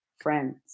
friends